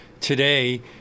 today